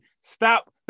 Stop